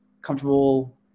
comfortable